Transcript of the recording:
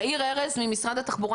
יאיר ארז ממשרד התחבורה